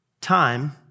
time